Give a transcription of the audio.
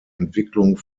entwicklung